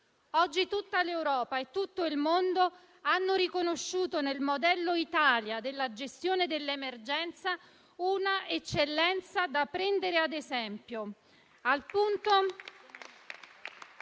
Oggi tutta l'Europa e il mondo intero hanno riconosciuto nel modello Italia della gestione dell'emergenza una eccellenza da prendere ad esempio